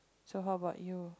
so how about you